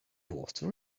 water